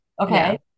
Okay